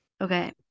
Okay